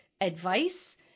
advice